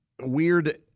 weird